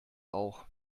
auch